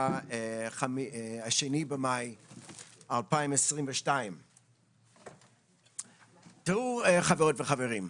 ה-2 במאי 2022. תראו, חברות וחברים,